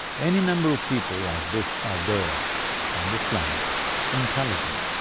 any number of people like this are there on this planet intelligent,